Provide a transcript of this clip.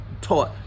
taught